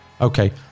Okay